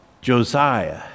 Josiah